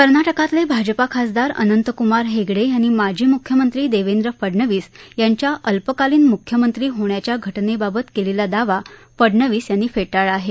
कर्नाटकातले भाजपा खासदार अनंतक्मार हेगडे यांनी माजी म्ख्यमंत्री देवेंद्र फडणवीस यांच्या अल्पकालीन म्ख्यमंत्री होण्याच्या घटनेबाबत केलेला दावा फडणवीस यांनी फेटाळला आहे